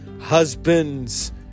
husbands